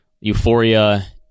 euphoria